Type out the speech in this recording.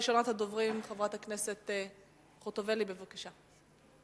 ראשונת הדוברים היא חברת הכנסת חוטובלי, בבקשה.